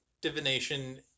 divination